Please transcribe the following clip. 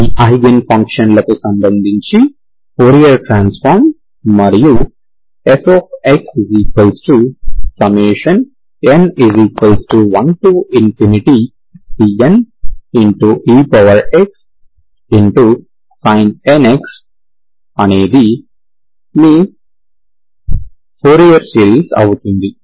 ఈ ఐగెన్ ఫంక్షన్లకు సంబంధించి ఫోరియర్ ట్రాన్సఫార్మ్ మరియు fxn1cnexsin nx అనేది మీ ఫోరియర్ సిరీస్ అవుతుంది